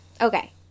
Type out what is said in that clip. okay